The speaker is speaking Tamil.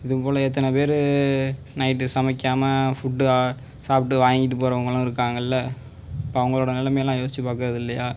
இதுபோல் எத்தனை பேர் நைட்டு சமைக்காமல் ஃபுட்டு சாப்பிட்டு வாங்கிட்டு போகிறவங்களும் இருக்காங்கல்லை அவர்களோட நிலைமையெலாம் யோசிச்சு பார்க்கறதுல்லையா